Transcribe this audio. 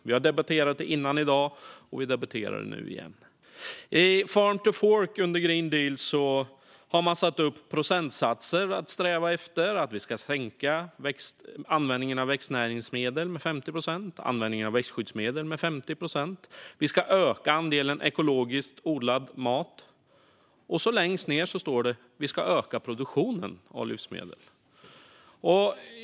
Vi har debatterat det tidigare i dag, och vi debatterar det nu igen. I Farm to Fork under Green Deal har man satt upp procentsatser att sträva efter. Vi ska sänka användningen av växtnäringsmedel med 50 procent och användningen växtskyddsmedel med 50 procent. Vi ska öka andelen ekologiskt odlad mat. Och längst ned står det att vi ska öka produktionen av livsmedel.